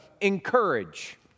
encourage